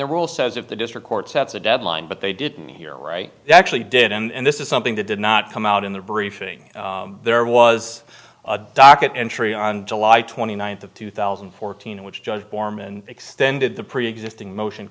the rule says if the district court sets a deadline but they didn't hear right they actually did and this is something that did not come out in the briefing there was a docket entry on july twenty ninth of two thousand and fourteen in which judge borman extended the preexisting motion